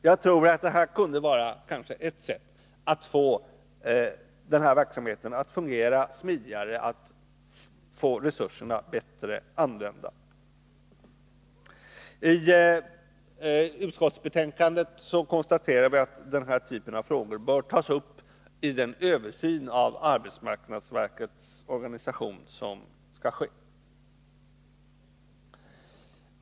Detta kunde kanske vara ett sätt att få verksamheten att fungera smidigare och få resurserna bättre använda. I utskottsbetänkandet konstaterar vi att denna typ av frågor bör tas upp i den översyn av arbetsmarknadsverkets organisation som skall ske.